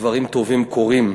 דברים טובים קורים.